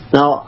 Now